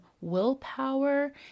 willpower